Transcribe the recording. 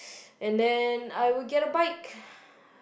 and then I would get a bike